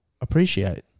appreciate